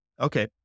Okay